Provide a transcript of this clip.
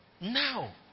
Now